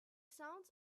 sounds